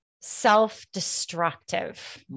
self-destructive